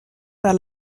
par